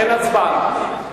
אין הצבעה.